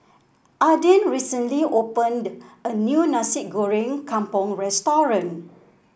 Adin recently opened a new Nasi Goreng Kampung restaurant